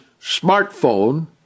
smartphone